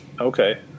Okay